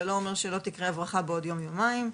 זה לא אומר שלא תקרה הברחה בעוד יום יומיים,